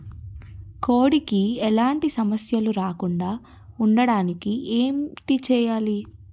కోడి కి ఎలాంటి సమస్యలు రాకుండ ఉండడానికి ఏంటి చెయాలి?